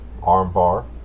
Armbar